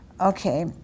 Okay